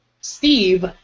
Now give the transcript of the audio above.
Steve